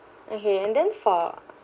okay and then for